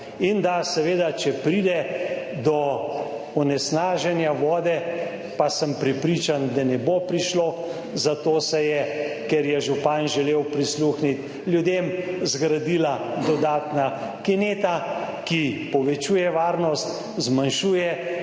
in da seveda, če pride do onesnaženja vode, pa sem prepričan, da ne bo prišlo, zato se je, ker je župan želel prisluhniti ljudem, zgradila dodatna kineta, ki povečuje varnost, zmanjšuje tveganja,